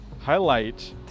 highlight